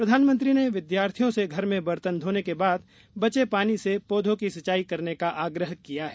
प्रधानमंत्री ने विद्यार्थियों से घर में बर्तन धोने के बाद बचे पानी से पौधों की सिंचाई करने का आग्रह किया है